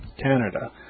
Canada